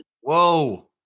Whoa